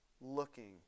looking